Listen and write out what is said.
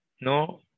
No